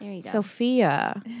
Sophia